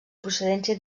procedència